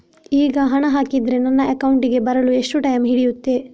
ಈಗ ಹಣ ಹಾಕಿದ್ರೆ ನನ್ನ ಅಕೌಂಟಿಗೆ ಬರಲು ಎಷ್ಟು ಟೈಮ್ ಹಿಡಿಯುತ್ತೆ?